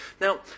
Now